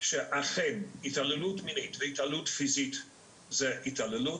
שאכן התעללות מינית ופיזית זה התעללות,